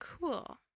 Cool